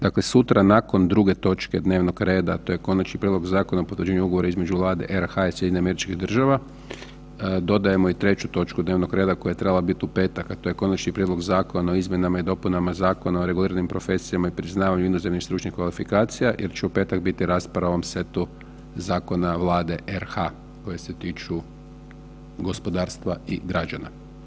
Dakle, sutra nakon druge točke dnevnog rada, a to je Konačni prijedlog Zakona o potvrđivanju Ugovora između Vlade RH i SAD-a dodajemo i treću točku dnevnog reda koja je trebala biti u petak, a to je Konačni prijedlog Zakona o izmjenama i dopunama Zakona o reguliranim profesijama i priznavanju inozemnih stručnih kvalifikacija, jer će u petak biti rasprava o ovom setu zakona Vlade RH koji se tiču gospodarstva i građana.